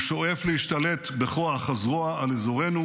הוא שואף להשתלט בכוח הזרוע על אזורנו,